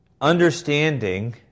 understanding